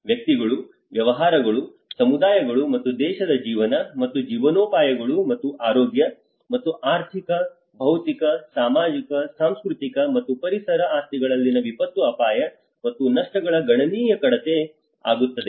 ವ್ಯಕ್ತಿಗಳು ವ್ಯವಹಾರಗಳು ಸಮುದಾಯಗಳು ಮತ್ತು ದೇಶಗಳ ಜೀವನ ಮತ್ತು ಜೀವನೋಪಾಯಗಳು ಮತ್ತು ಆರೋಗ್ಯ ಮತ್ತು ಆರ್ಥಿಕ ಭೌತಿಕ ಸಾಮಾಜಿಕ ಸಾಂಸ್ಕೃತಿಕ ಮತ್ತು ಪರಿಸರ ಆಸ್ತಿಗಳಲ್ಲಿನ ವಿಪತ್ತು ಅಪಾಯ ಮತ್ತು ನಷ್ಟಗಳ ಗಣನೀಯ ಕಡಿತ ಆಗುತ್ತದೆ